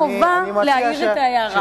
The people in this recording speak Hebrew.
ואני מרגישה חובה להעיר את ההערה.